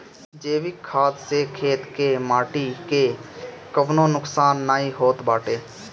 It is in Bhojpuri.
जैविक खाद से खेत के माटी कअ कवनो नुकसान नाइ होत बाटे